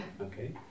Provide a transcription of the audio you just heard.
Okay